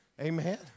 Amen